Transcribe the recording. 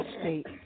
state